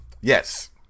Yes